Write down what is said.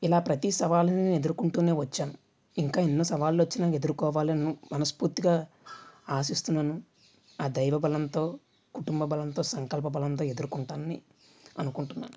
ఇలా ప్రతీ సవాలును నేను ఎదుర్కొంటూనే వచ్చాను ఇంకా ఎన్ని సవాళ్ళొచ్చినా ఎదుర్కోవాలని మనస్ఫూర్తిగా ఆశిస్తున్నాను ఆ దైవబలంతో కుటుంబ బలంతో సంకల్ప బలంతో ఎదుర్కొంటానని అనుకుంటున్నాను